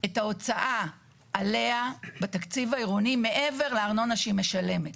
את ההוצאה עליה בתקציב העירוני מעבר לארנונה שהיא משלמת.